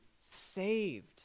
saved